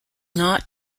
not